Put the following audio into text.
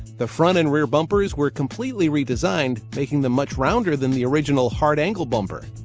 the front and rear bumpers were completely redesigned making them much rounder than the original hard angle bumper.